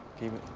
keep it,